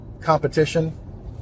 competition